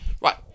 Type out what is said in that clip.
Right